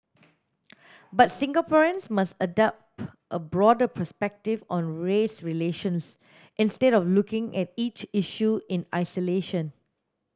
but Singaporeans must adopt a broader perspective on race relations instead of looking at each issue in isolation